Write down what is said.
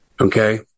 Okay